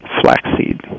flaxseed